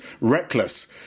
reckless